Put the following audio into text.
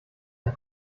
ein